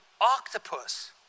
octopus